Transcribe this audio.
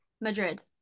Madrid